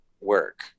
work